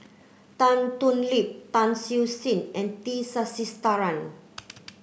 Tan Thoon Lip Tan Siew Sin and T Sasitharan